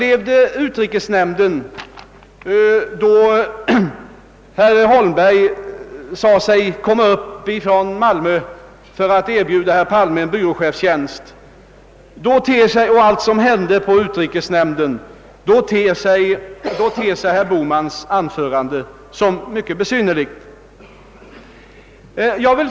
Efter att ha upplevt herr Holmbergs insatser vid utrikesnämndens sammanträde efter att nere i Malmö ha erbjudit herr Palme en byråchefstjänst ter sig herr Bohmans anförande i dag mycket besynnerligt.